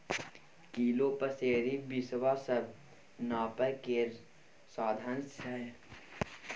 kilo, पसेरी, बिसवा सब नापय केर साधंश छै